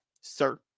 sir